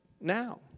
now